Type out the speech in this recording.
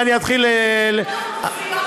מה, אני אתחיל, יש עוד אוכלוסיות כאלה.